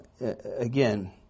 again